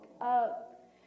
up